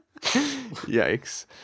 yikes